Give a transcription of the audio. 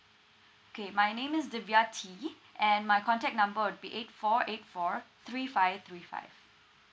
okay my name is divya tee and my contact number would be eight four eight four three five three five